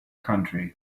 country